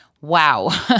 Wow